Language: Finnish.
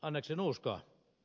anteeksi nuuskaa